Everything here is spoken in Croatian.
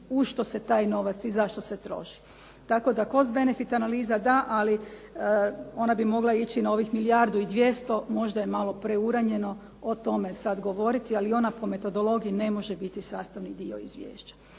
u što se taj novac i zašto se troši. Tako da Cost-benefit analiza da, ali ona bi mogla ići na ovih milijardu i 200. možda je malo preuranjeno o tome sad govoriti, ali ona po metodologiji ne može biti sastavni dio izvješća.